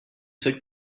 took